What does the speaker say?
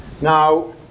Now